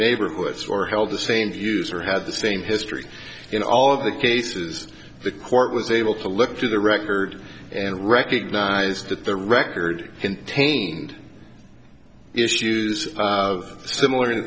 neighborhood or held the same views or had the same history in all of the cases the court was able to look through the record and recognized that the record contained issues of similar